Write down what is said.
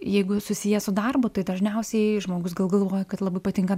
jeigu susiję su darbu tai dažniausiai žmogus gal galvoja kad labai patinka